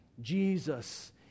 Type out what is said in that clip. Jesus